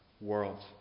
world